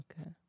Okay